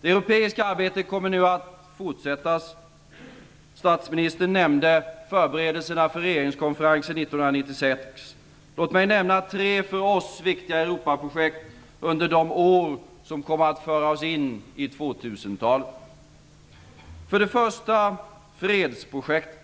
Det europeiska arbetet kommer att fortsätta. Statsministern nämnde förberedelserna för regeringskonferensen 1996. Låt mig nämna tre för oss viktiga Europaprojekt under de år som kommer att föra oss fram och in i 2000-talet. För det första är det fredsprojektet.